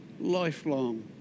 lifelong